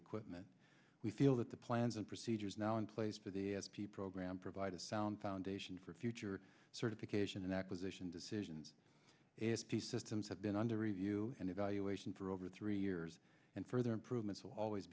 equipment we feel that the plans and procedures now in place for the s p program provide a sound foundation for future certification acquisition decisions s p systems have been under review and evaluation for over three years and further improvements will always